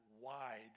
wide